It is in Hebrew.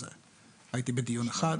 הייתי בדיון אחד.